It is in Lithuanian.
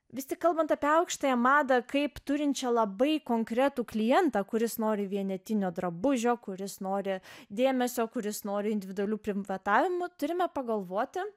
vis tik kalbant apie aukštąją madą kaip turinčią labai konkretų klientą kuris nori vienetinio drabužio kuris nori dėmesio kuris nori individualių primvatavimų turime pagalvoti